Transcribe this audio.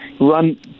run